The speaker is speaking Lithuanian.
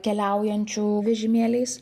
keliaujančių vežimėliais